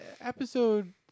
episode